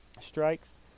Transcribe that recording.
strikes